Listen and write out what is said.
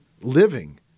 living